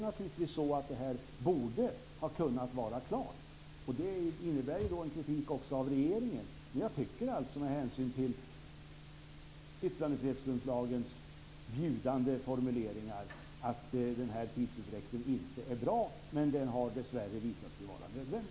Naturligtvis borde det här ha kunnat vara klart, vilket då också innebär en kritik av regeringen. Jag tycker, men hänsyn till yttrandefrihetsgrundlagens bjudande formuleringar, att den här tidsutdräkten inte är bra, men dessvärre har den visat sig vara nödvändig.